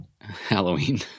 Halloween